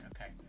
okay